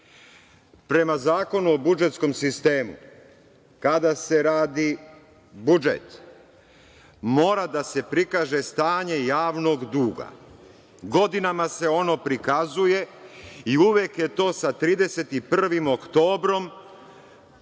Zakonu o budžetskom sistemu, kada se radi budžet, mora da se prikaže stanje javnog duga. Godinama se ono prikazuje i uvek je to sa 31. oktobrom